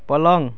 पलङ